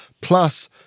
Plus